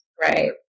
Right